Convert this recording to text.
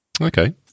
Okay